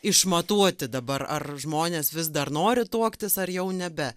išmatuoti dabar ar žmonės vis dar nori tuoktis ar jau nebe